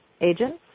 agents